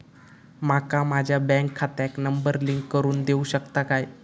माका माझ्या बँक खात्याक नंबर लिंक करून देऊ शकता काय?